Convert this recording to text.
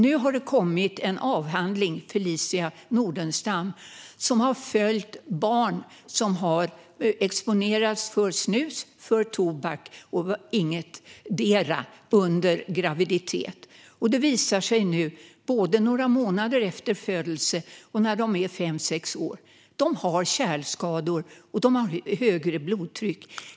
Nu har det kommit en avhandling av Felicia Nordenstam, som har följt barn som har exponerats för snus, tobak eller ingetdera under graviditet. Det visar sig nu att de förstnämnda har kärlskador och högre blodtryck, både några månader efter födelsen och när de är fem sex år.